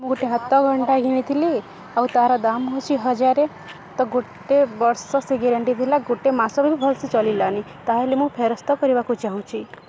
ମୁଁ ଗୋଟେ ହାତ ଘଣ୍ଟା କିଣିଥିଲି ଆଉ ତା'ର ଦାମ ହେଉଛି ହଜାରେ ତ ଗୋଟେ ବର୍ଷ ସେ ଗ୍ୟାରେଣ୍ଟି ଥିଲା ଗୋଟେ ମାସ ବି ଭଲ ସେ ଚାଲିଲାନି ତା'ହେଲେ ମୁଁ ଫେରସ୍ତ କରିବାକୁ ଚାହୁଁଛି